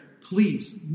please